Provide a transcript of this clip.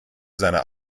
seiner